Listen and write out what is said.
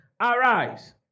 Arise